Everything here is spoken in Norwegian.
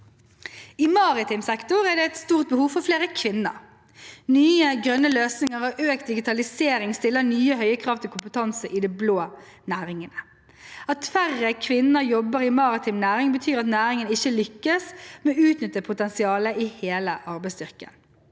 I maritim sektor er det et stort behov for flere kvinner. Nye, grønne løsninger og økt digitalisering stiller nye og høye krav til kompetanse i de blå næringene. At færre kvinner jobber i maritim næring, betyr at næringen ikke lykkes med å utnytte potensialet i hele arbeidsstyrken.